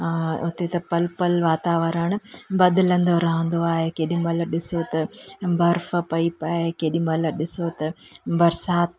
उते त पल पल वातावरण बदलंदो रहंदो आहे केॾी महिल ॾिसो त बर्फ पई पए केॾी महिल ॾिसो त बरसाति